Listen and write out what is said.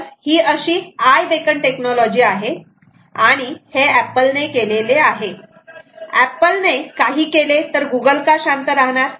तर ही अशी आय बेकन टेक्नॉलॉजी आहे आणि हे एपल ने केले आहे एपल ने काही केले तर गुगल का शांत राहणार